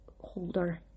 holder